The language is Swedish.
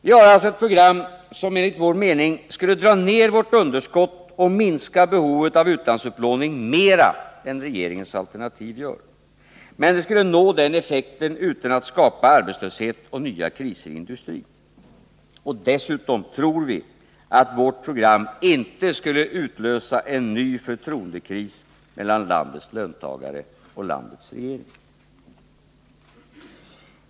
Vi har alltså ett program som enligt vår mening skulle dra ner vårt underskott och minska behovet av utlandsupplåning mera än vad regeringens alternativ gör, och det skulle nå den effekten utan att skapa arbetslöshet och nya kriser i industrin. Dessutom skulle det inte utlösa en ny förtroendekris mellan landets löntagare och landets regering.